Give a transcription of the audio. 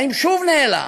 האם שוב נעלם?